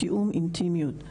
תאום אינטימיות.